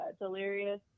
Delirious